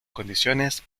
condiciones